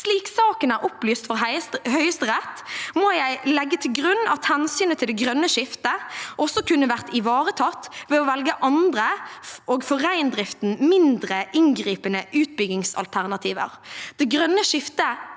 «Slik saken er opplyst for Høyesterett, må jeg legge til grunn at hensynet til «det grønne skiftet» også kunne vært ivaretatt ved å velge andre – og for reindriften mindre inngripende – utbyggingsalternativer.» Det grønne skiftet